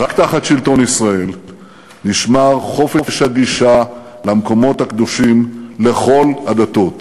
רק תחת שלטון ישראל נשמר חופש הגישה למקומות הקדושים לכל הדתות.